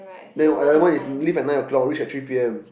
then another one is leave at nine o-clock reach at three P_M